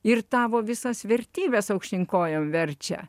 ir tavo visas vertybes aukštyn kojom verčia